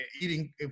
eating